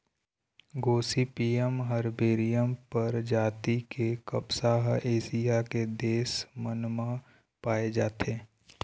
Gossypium हरबैसियम परजाति के कपसा ह एशिया के देश मन म पाए जाथे